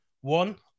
one